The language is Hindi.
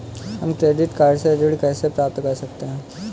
हम क्रेडिट कार्ड से ऋण कैसे प्राप्त कर सकते हैं?